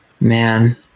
Man